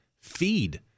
feed